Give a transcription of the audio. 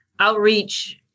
outreach